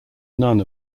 none